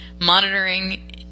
Monitoring